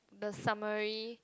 the summary